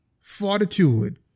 fortitude